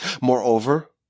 Moreover